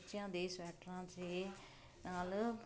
ਬੱਚਿਆਂ ਦੇ ਸਵੈਟਰਾਂ ਦੇ ਨਾਲ